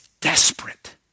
desperate